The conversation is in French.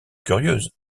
curieuse